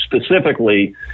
specifically